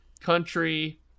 Country